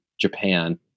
Japan